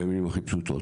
במילים הכי פשוטות.